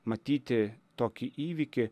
matyti tokį įvykį